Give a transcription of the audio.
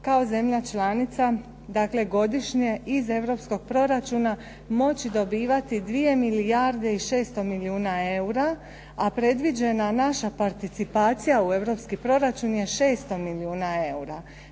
kao zemlja članica dakle godišnje iz europskog proračuna moći dobivati 2 milijarde i 600 milijuna eura, a predviđena naša participacija u europski proračun je 600 milijuna eura.